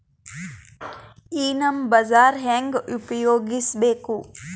ಈ ನಮ್ ಬಜಾರ ಹೆಂಗ ಉಪಯೋಗಿಸಬೇಕು?